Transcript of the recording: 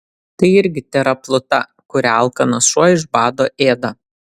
tai irgi tėra pluta kurią alkanas šuo iš bado ėda